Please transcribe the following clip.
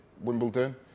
Wimbledon